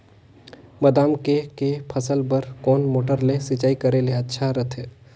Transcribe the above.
बादाम के के फसल बार कोन मोटर ले सिंचाई करे ले अच्छा रथे?